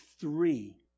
three